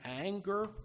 anger